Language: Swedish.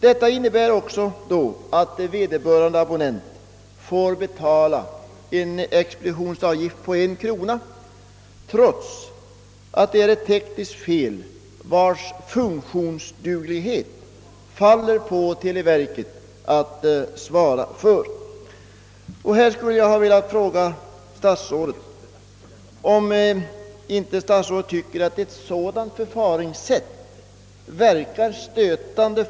Detta innebär också att vederbörande abonnent får betala en expeditionsavgift på en krona, trots att det uppstått ett tekniskt fel och det åvilar televerket att svara för den tekniska apparaturens funktionsduglighet. Jag skulle ha velat fråga statsrådet, om inte statsrådet tycker att ett sådant förfaringssätt är stötande.